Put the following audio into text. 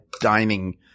dining